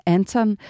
Anton